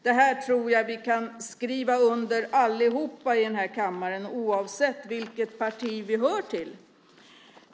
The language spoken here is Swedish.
Det här tror jag att vi kan skriva under allihop i den här kammaren oavsett vilket parti vi hör till.